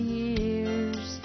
years